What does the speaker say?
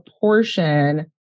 portion